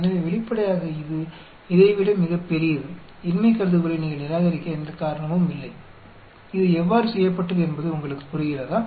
எனவே வெளிப்படையாக இது இதைவிட மிகப் பெரியது இன்மை கருதுகோளை நீங்கள் நிராகரிக்க எந்த காரணமும் இல்லை இது எவ்வாறு செய்யப்பட்டது என்பது உங்களுக்கு புரிகிறதா